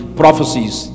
prophecies